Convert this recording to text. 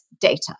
data